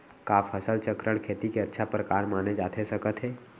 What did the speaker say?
का फसल चक्रण, खेती के अच्छा प्रकार माने जाथे सकत हे?